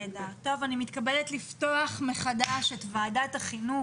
אני מתכבדת לפתוח מחדש את ועדת החינוך,